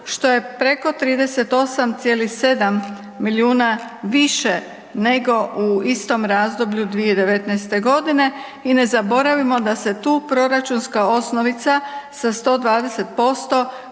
što je preko 38,7 milijuna više nego u istom razdoblju 2019.-te godine, i ne zaboravimo da se tu proračunska osnovica sa 120%